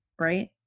right